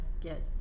get